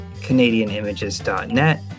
CanadianImages.net